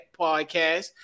podcast